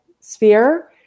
sphere